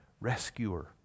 rescuer